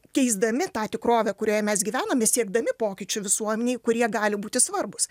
keisdami tą tikrovę kurioje mes gyvename siekdami pokyčių visuomenėj kurie gali būti svarbūs